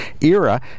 era